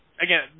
again